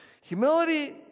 humility